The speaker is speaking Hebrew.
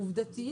עובדתית,